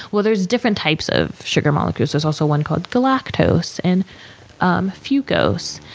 well, there's different types of sugar molecules. there's also one called galactose and um fucose,